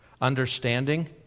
Understanding